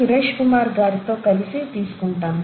సురేష్ కుమార్ గారితో కలిసి తీసుకుంటాను